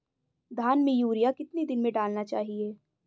धान में यूरिया कितने दिन में डालना चाहिए?